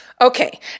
Okay